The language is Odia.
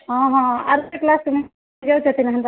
ହଁ ହଁ ଆରୁ